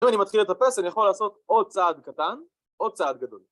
אם אני מתחיל לטפס אני יכול לעשות או צעד קטן או צעד גדול